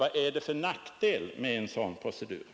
Vad är det egentligen för nackdel med den utvidgning vi föreslagit?